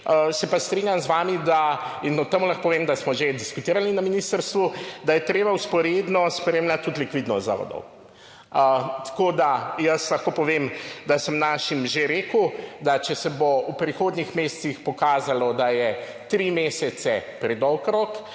Se pa strinjam z vami, in o tem lahko povem, da smo že diskutirali na ministrstvu, da je treba vzporedno spremljati tudi likvidnost zavodov. Jaz lahko povem, da sem našim že rekel, da če se bo v prihodnjih mesecih pokazalo, da je tri mesece predolg rok,